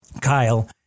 Kyle